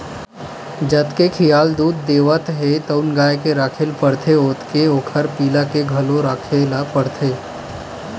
जतके खियाल दूद देवत हे तउन गाय के राखे ल परथे ओतके ओखर पिला के घलो राखे ल परथे